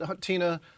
Tina